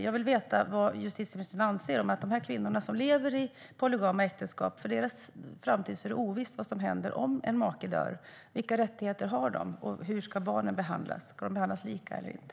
Vad anser justitieministern om att det är ovisst för de kvinnor som lever i polygama äktenskap vad som händer om maken dör? Vilka rättigheter har de? Hur ska barnen behandlas? Ska de behandlas lika eller inte?